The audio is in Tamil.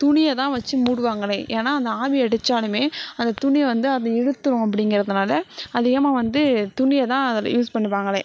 துணியை தான் வெச்சு மூடுவாங்களே ஏன்னால் அந்த ஆவி அடித்தாலுமே அந்த துணி வந்து அதை இழுத்துடும் அப்படிங்கிறதுனால அதிகமாக வந்து துணியை தான் அதில் யூஸ் பண்ணுவாங்களே